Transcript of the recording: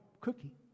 cookie